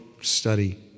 study